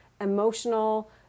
emotional